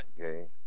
Okay